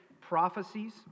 prophecies